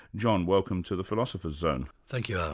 john, welcome to the philosopher's zone. thank yeah